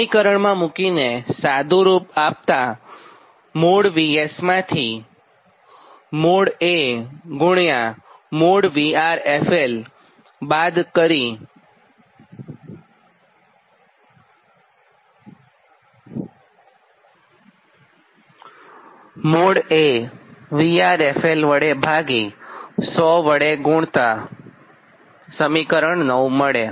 સમીકરણમાં મુકી સાદુરૂપ આપતાં │VS│ માંથી │A││ VRFL │ બાદ કરી │A││ VRFL │ વડે ભાગી 100 વડે ગુણતાં સમીકરણ 9 મળે